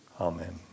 Amen